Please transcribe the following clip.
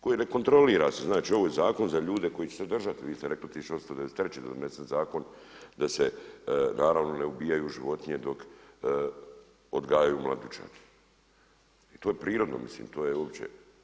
Koje ne kontrolira se, znači ovo je zakon za ljude koji će se držati, vi ste rekli 1893. donesen zakon da se naravno ne ubijaju životinje dok odgajaju mladunčad i to je prirodno, mislim to je uopće.